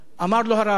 אמר לו הרב הכועס: